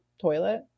toilet